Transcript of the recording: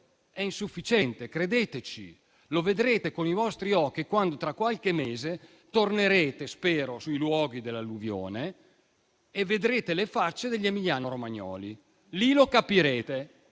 e insufficiente: credeteci, lo vedrete con i vostri occhi tra qualche mese, quando spero che tornerete sui luoghi dell'alluvione e vedrete le facce degli emiliano-romagnoli. Allora lo capirete.